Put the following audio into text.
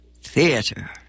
theater